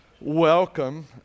Welcome